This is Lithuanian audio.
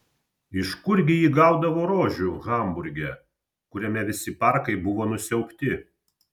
iš kurgi ji gaudavo rožių hamburge kuriame visi parkai buvo nusiaubti